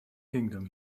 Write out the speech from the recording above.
kingdom